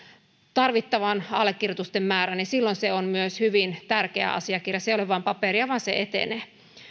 tarvittavan allekirjoitusten määrän niin silloin se on myös hyvin tärkeä asiakirja se ei ole vain paperia vaan se etenee